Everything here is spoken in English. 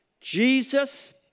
Jesus